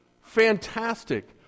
Fantastic